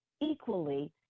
equally